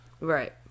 right